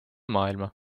maailma